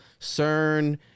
CERN